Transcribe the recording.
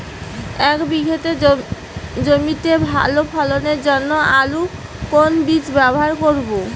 এক বিঘে জমিতে ভালো ফলনের জন্য আলুর কোন বীজ ব্যবহার করব?